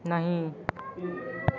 नहीं